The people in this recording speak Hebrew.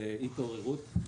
ב-'התעוררות'